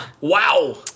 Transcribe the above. Wow